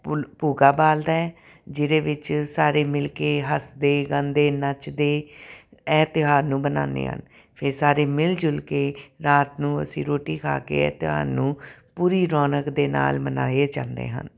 ਭੁ ਭੁਗਾ ਬਾਲਦਾ ਹੈ ਜਿਹਦੇ ਵਿੱਚ ਸਾਰੇ ਮਿਲ ਕੇ ਹੱਸਦੇ ਗਾਉਂਦੇ ਨੱਚਦੇ ਇਹ ਤਿਉਹਾਰ ਨੂੰ ਮਨਾਉਂਦੇ ਹਾਂ ਫਿਰ ਸਾਰੇ ਮਿਲ ਜੁਲ ਕੇ ਰਾਤ ਨੂੰ ਅਸੀਂ ਰੋਟੀ ਖਾ ਕੇ ਇਹ ਤਿਉਹਾਰ ਨੂੰ ਪੂਰੀ ਰੌਣਕ ਦੇ ਨਾਲ ਮਨਾਏ ਜਾਂਦੇ ਹਨ